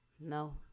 No